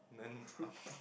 then